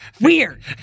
weird